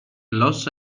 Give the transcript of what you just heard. los